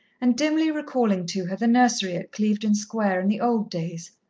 and dimly recalling to her the nursery at clevedon square in the old days,